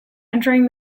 entering